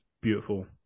beautiful